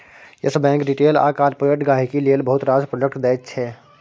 yes bank retail आ corporate गांहिकी लेल बहुत रास प्रोडक्ट दैत छै